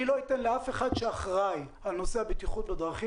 אני לא אתן לאף אחד שאחראי על נושא הבטיחות בדרכים